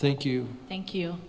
thank you thank you